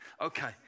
Okay